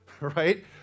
Right